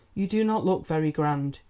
you do not look very grand.